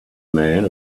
man